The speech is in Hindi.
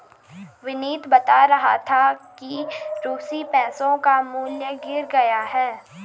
विनीत बता रहा था कि रूसी पैसों का मूल्य गिर गया है